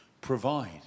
provide